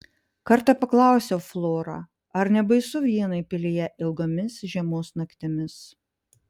kartą paklausiau florą ar nebaisu vienai pilyje ilgomis žiemos naktimis